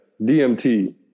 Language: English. dmt